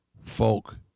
folk